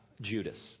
Judas